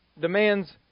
demands